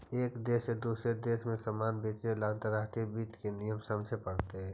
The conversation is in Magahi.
एक देश से दूसरे देश में सामान बेचे ला अंतर्राष्ट्रीय वित्त के नियम समझे पड़तो